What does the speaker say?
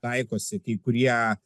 taikosi kai kurie